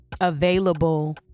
available